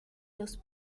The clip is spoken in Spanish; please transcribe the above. los